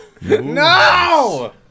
No